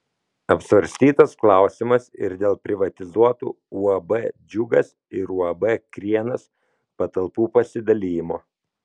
apsvarstytas klausimas ir dėl privatizuotų uab džiugas ir uab krienas patalpų pasidalijimo